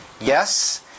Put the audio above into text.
Yes